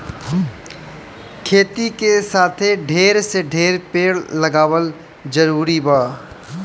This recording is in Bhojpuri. खेती के साथे ढेर से ढेर पेड़ लगावल जरूरी बा